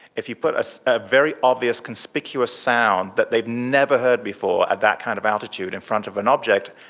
if you put a ah very obvious conspicuous sound that they'd never heard before at that kind of altitude in front of an object,